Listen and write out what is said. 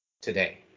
today